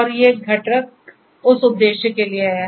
और ये घटक उस उद्देश्य के लिए हैं